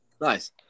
Nice